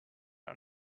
are